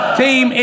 team